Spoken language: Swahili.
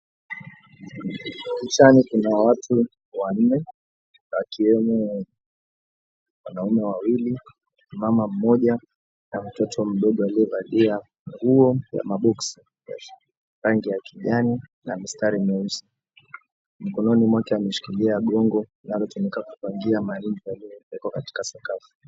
Ukutani kuna watu wanne wakiwemo; wanaume wawili, mama mmoja na mtoto mdogo aliyevalia nguo ya maboksi ya rangi ya kijani na mistari meusi. Mkononi mwake ameshikilia gongo linalotumika kufagia mahali palipowekwa sakafu.